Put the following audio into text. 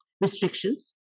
restrictions